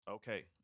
okay